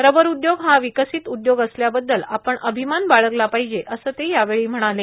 rubber उद्योग हा विकसित उद्योग असल्याबद्दल आपण अभिमान बाळगला पाहिजे असं ते यावेळी म्हणाले